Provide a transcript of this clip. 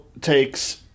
takes